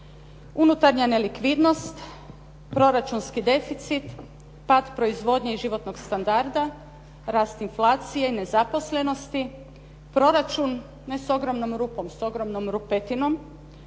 Unutarnja nelikvidnost, proračunski deficit, pad proizvodnje i životnog standarda, rast inflacije, nezaposlenosti, proračun ne s ogromnom rupom, s ogromnom rupetinom,